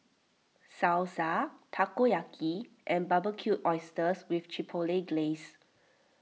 Salsa Takoyaki and Barbecued Oysters with Chipotle Glaze